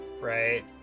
right